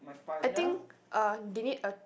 I think uh they need a